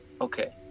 Okay